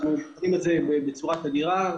אנחנו בוחנים את זה בצורה תדירה,